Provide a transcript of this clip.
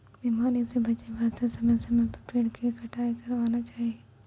बीमारी स बचाय वास्तॅ समय समय पर पेड़ के छंटाई करवाना चाहियो